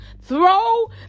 throw